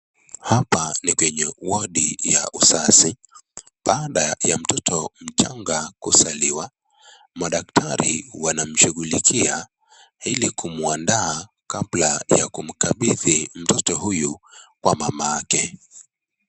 Hapa ni kwenye wodi ya uzazi. Baada ya mtoto mchanga kuzaliwa, madaktari wanamsughulikia ili kumwandaa kabla ya kumkabidhi mtoto huyu kwa mamake.